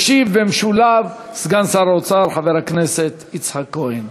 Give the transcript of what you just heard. ישיב במשולב סגן שר האוצר חבר הכנסת יצחק כהן.